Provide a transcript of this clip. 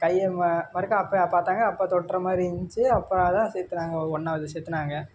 கையை மறுக்க அப்போ பார்த்தாங்க அப்போ தொடுற மாதிரி இருந்திச்சு அப்போ அதான் சேத்துனாங்க ஒன்னாவது சேத்துனாங்க